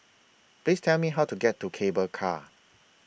Please Tell Me How to get to Cable Car